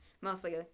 mostly